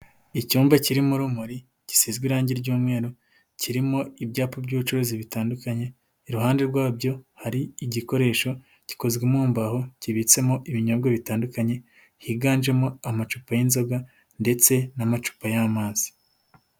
Icyumba kirimo urumuri gisizwe irangi ry'umweru, kirimo ibyapa by'ubucuruzi bitandukanye, iruhande rwabyo hari igikoresho gikozwe mu mbahoho kibitsemo ibinyobwa bitandukanye, higanjemo amacupa y'inzoga ndetse n'amacupa y'amazi.